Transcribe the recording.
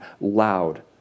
loud